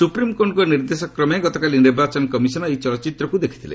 ସୁପ୍ରିମ୍କୋର୍ଟଙ୍କ ନିର୍ଦ୍ଦେଶ କ୍ରମେ ଗତକାଲି ନିର୍ବାଚନ କମିଶନ୍ ଏହି ଚଳଚ୍ଚିତ୍ରକୁ ଦେଖିଥିଲେ